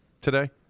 today